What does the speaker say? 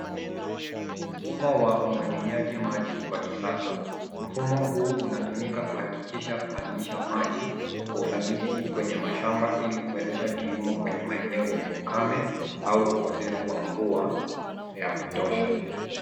Mfumo wa umwagiliaji maji wa kisasa. Mfumo huu unatumika kuhakikisha kuhamisha maji kwa ufanisi kwenye mashamba ili kuwezesha kilimo kwenye maeneo yenye ukame au ukosefu wa vua ya kutosha.